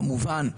כמובן,